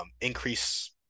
increase